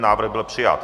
Návrh byl přijat.